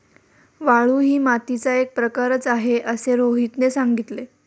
वाळू ही मातीचा एक प्रकारच आहे असे रोहितने सांगितले